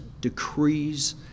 decrees